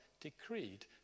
decreed